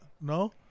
No